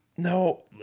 No